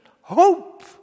hope